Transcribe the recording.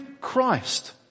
Christ